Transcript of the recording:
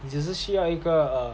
你只是需要一个